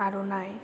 आर'नाइ